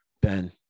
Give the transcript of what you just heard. Ben